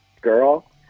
girl